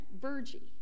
Virgie